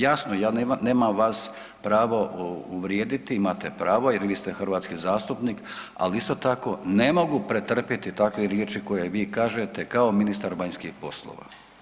Jasno, ja nemam vas pravo uvrijediti imate pravo jer vi ste hrvatski zastupnik, ali isto tako ne mogu pretrpjeti takve riječi koje vi kažete kao ministar vanjskih poslova.